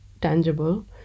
tangible